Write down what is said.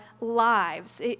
lives